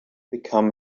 become